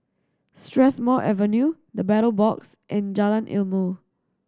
Strathmore Avenue The Battle Box and Jalan Ilmu